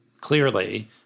clearly